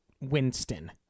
Winston